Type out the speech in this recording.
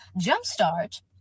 jumpstart